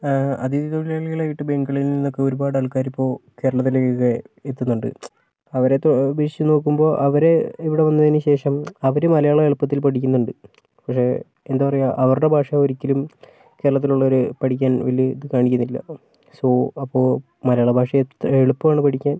അതിഥി തൊഴിലാളികളായിട്ട് ബംഗാളിന്നൊക്കെ ഒരുപാട് ആൾക്കാരിപ്പോൾ കേരളത്തിലേക്കൊക്കെ എത്തുന്നുണ്ട് അവരെയൊക്കെ അപേക്ഷിച്ച് നോക്കുമ്പോൾ അവര് ഇവിടെ വന്നതിനുശേഷം അവര് മലയാളം എളുപ്പത്തിൽ പഠിക്കുന്നുണ്ട് പക്ഷേ എന്താ പറയുക അവരുടെ ഭാഷ ഒരിക്കലും കേരളത്തിലുള്ളവര് പഠിക്കാൻ വലിയ ഇത് കാണിക്കുന്നില്ല സൊ അപ്പോൾ മലയാള ഭാഷ എത്ര എളുപ്പാണ് പഠിക്കാൻ